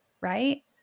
Right